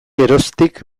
geroztik